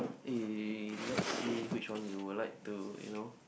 eh let's see which one you would like to you know